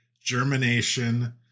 Germination